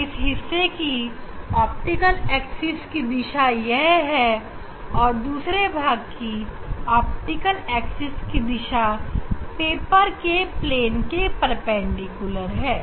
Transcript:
इस हिस्से की ऑप्टिकल एक्सिस की दिशा यह है और दूसरे भाग की ऑप्टिकल एक्सिस की दिशा पेपर के प्लेन के परपेंडिकुलर है